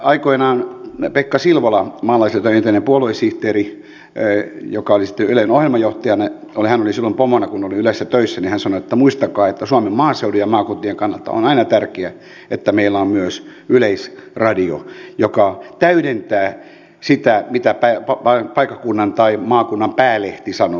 aikoinaan pekka silvola maalaisliiton entinen puoluesihteeri joka oli sitten ylen ohjelmajohtajana hän oli silloin pomona kun olin ylessä töissä sanoi että muistakaa että suomen maaseudun ja maakuntien kannalta on aina tärkeää että meillä on myös yleisradio joka täydentää sitä mitä paikkakunnan tai maakunnan päälehti sanoo